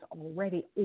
already